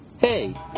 Hey